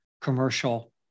commercial